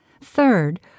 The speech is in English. Third